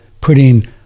putting